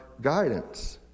guidance